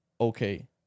okay